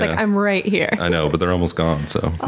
like i'm right here. i know, but they're almost gone, so